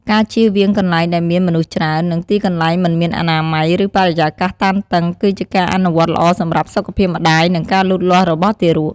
ការជៀសវាងកន្លែងដែលមានមនុស្សច្រើន និងទីកន្លែងមិនមានអនាម័យ ឬបរិយាកាសតានតឹង គឺជាការអនុវត្តល្អសម្រាប់សុខភាពម្តាយ និងការលូតលាស់របស់ទារក។